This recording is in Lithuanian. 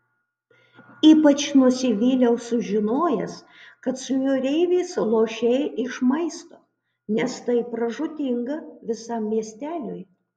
ypač nusivyliau sužinojęs kad su jūreiviais lošei iš maisto nes tai pražūtinga visam miesteliui